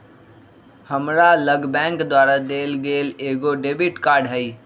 हमरा लग बैंक द्वारा देल गेल एगो डेबिट कार्ड हइ